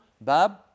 Bab